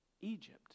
Egypt